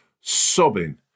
sobbing